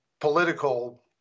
political